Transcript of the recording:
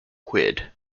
quid